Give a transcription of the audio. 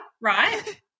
right